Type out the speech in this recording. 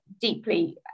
deeply